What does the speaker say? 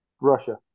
Russia